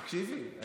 תקשיבי,